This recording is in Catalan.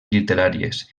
literàries